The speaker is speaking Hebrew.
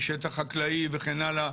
משטח חקלאי וכן הלאה?